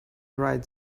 write